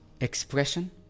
expression